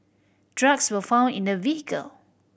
drugs were found in the vehicle